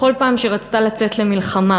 בכל פעם שהיא רצתה לצאת למלחמה,